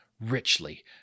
richly